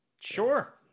Sure